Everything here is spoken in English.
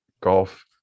golf